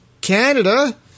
Canada